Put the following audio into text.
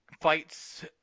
fights –